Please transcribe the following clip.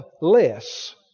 less